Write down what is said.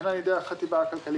והן על ידי החטיבה הכלכלית,